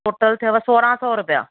total थियव सोरहं सौ रुपिया